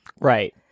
Right